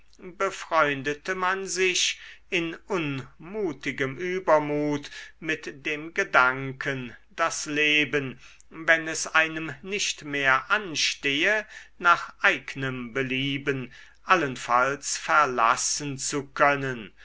befreundete man sich in unmutigem übermut mit dem gedanken das leben wenn es einem nicht mehr anstehe nach eignem belieben allenfalls verlassen zu können